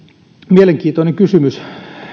mielenkiintoinen kysymys